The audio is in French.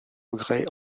progrès